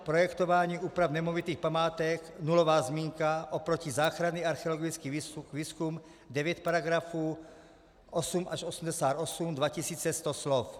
Projektování úprav nemovitých památek nulová zmínka oproti záchranný archeologický výzkum: devět paragrafů, 888, 2 100 slov.